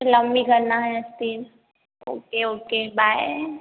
लंबी करना है अस्तीन ओके ओके बाय